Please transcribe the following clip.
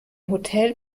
hotel